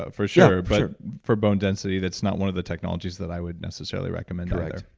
ah for sure, but for bone density, that's not one of the technologies that i would necessarily recommend. correct,